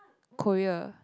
Korea